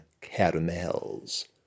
caramels